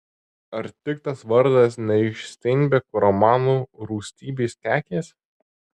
ar tik tas vardas ne iš steinbeko romano rūstybės kekės